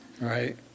right